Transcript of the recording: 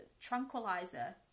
tranquilizer